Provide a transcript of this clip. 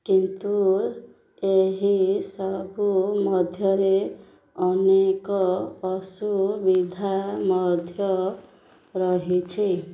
କିନ୍ତୁ ଏହିସବୁ ମଧ୍ୟରେ ଅନେକ ଅସୁବିଧା ମଧ୍ୟ ରହିଛି